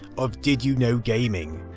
of did you know gaming.